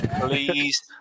Please